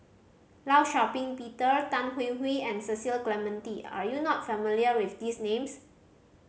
Law Shau Ping Peter Tan Hwee Hwee and Cecil Clementi are you not familiar with these names